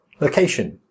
location